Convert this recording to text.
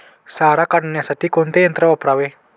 सारा काढण्यासाठी कोणते यंत्र वापरावे?